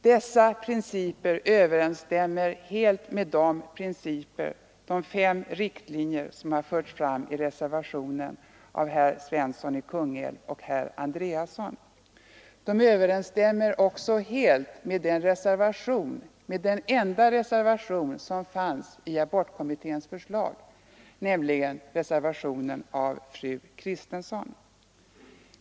Dessa principer överensstämmer helt med de fem riktlinjer som förts fram i reservationen av herrar Svensson i Kungälv och Andreasson i Östra Ljungby. De överensstämmer också helt med den enda reservation som avgavs till abortkommitténs förslag, nämligen reservationen av fru Kristensson.